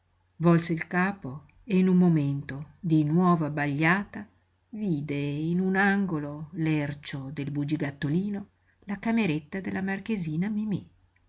volse il capo e in un momento di nuovo abbagliata vide in un angolo lercio del bugigattolino la cameretta della marchesina mimí